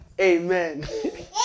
Amen